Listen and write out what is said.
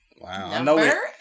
Wow